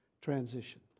transition